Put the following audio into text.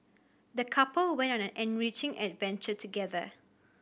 the couple went on an enriching adventure together